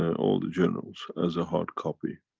all the journals as a hard copy.